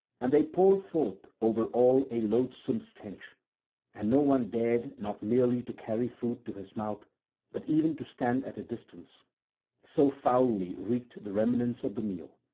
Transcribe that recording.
and they poured forth over all a loathsome stench and no one dared not merely to carry food to his mouth but even to stand at a distance so foully reeked the remnants of the meal.